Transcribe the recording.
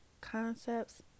concepts